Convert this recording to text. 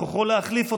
בכוחו להחליף אותם,